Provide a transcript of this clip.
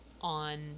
on